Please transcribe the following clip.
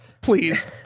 Please